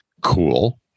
Cool